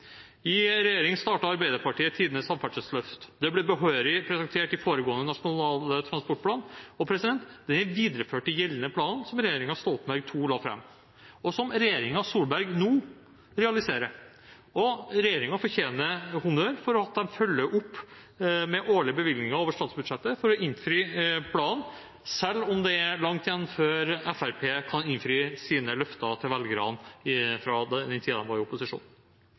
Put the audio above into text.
I regjering startet Arbeiderpartiet tidenes samferdselsløft. Det ble behørig presentert i den foregående nasjonale transportplanen, og det er den videreførte og gjeldende planen som regjeringen Stoltenberg II la fram, og som regjeringen Solberg nå realiserer. Regjeringen fortjener honnør for at den følger opp med årlige bevilgninger over statsbudsjettet for å innfri planen, selv om det er langt igjen før Fremskrittspartiet kan innfri sine løfter fra den tiden de var i opposisjon,